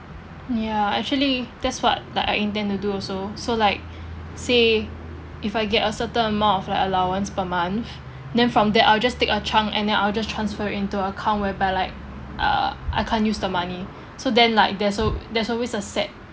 ya actually that's what like I intend to do also so like say if I get a certain amount of like allowance per month then from there I'll just take a chunk and then I'll just transfer into account whereby like uh I can't use the money so then like there's alw~ there's always a set